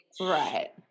Right